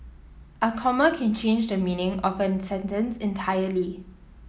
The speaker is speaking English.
a comma can change the meaning of a sentence entirely